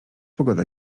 pogoda